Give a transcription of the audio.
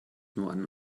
nun